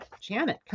Janet